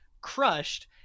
crushed